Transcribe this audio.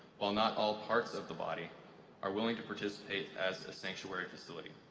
while not all parts of the body are willing to participate as a sanctuary facility.